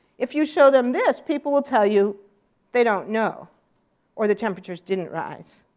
if you show them this, people will tell you they don't know or the temperatures didn't rise.